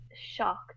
shocked